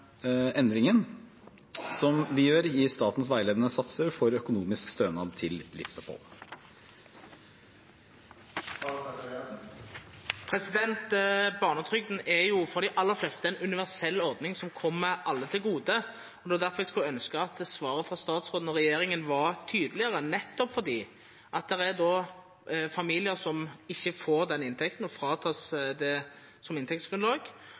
endringen som vi gjør i statens veiledende satser for økonomisk stønad til livsopphold. Barnetrygden er for de aller fleste en universell ordning som kommer alle til gode. Det er derfor jeg skulle ønske at svaret fra statsråden og regjeringen var tydeligere, nettopp fordi det er familier som ikke får den inntekten og fratas det som inntektsgrunnlag,